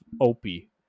Opie